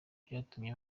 byatumye